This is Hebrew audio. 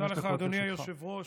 תודה לך, אדוני היושב-ראש.